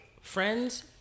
friends